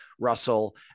Russell